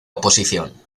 oposición